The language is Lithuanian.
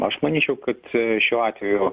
aš manyčiau kad šiuo atveju